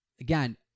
Again